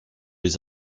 les